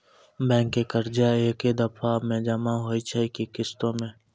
Bank के कर्जा ऐकै दफ़ा मे जमा होय छै कि किस्तो मे?